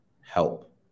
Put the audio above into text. help